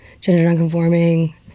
gender-nonconforming